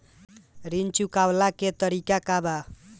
ऋण चुकव्ला के तरीका का बा?